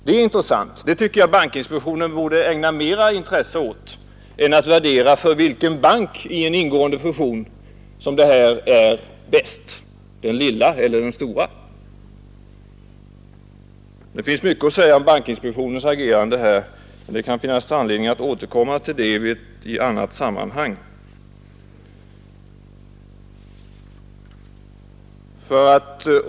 Det är intressant, och det tycker jag att bankinspektionen borde ägna mera intresse åt än att värdera för vilken bank i en fusion som det här är bäst, den lilla eller den stora. Det finns mycket att säga om bankinspektionens agerande, men det kan finnas anledning att återkomma till det i annat sammanhang.